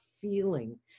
feeling